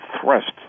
thrust